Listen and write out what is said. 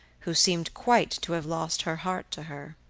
who seemed quite to have lost her heart to her.